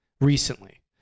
recently